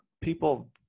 People